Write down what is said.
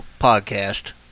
podcast